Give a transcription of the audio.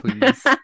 please